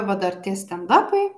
va dar tie stendapai